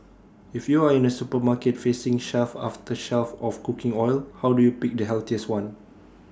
if you are in A supermarket facing shelf after shelf of cooking oil how do you pick the healthiest one